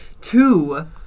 two